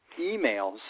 emails